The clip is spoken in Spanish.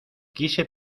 quise